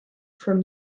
from